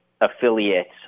affiliates